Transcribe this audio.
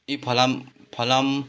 यी फलाम फलाम